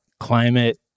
climate